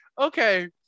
Okay